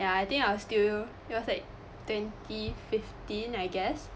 ya I think I still it was like twenty fifteen I guess